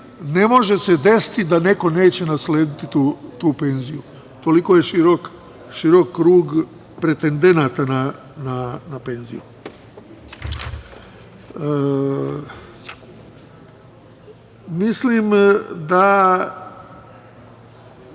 ne može se desiti da neko neće naslediti tu penziju. Toliko je širok krug pretendenata na penziju. Mislim da